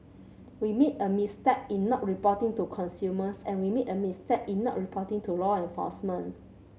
we made a misstep in not reporting to consumers and we made a misstep in not reporting to law enforcement